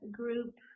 group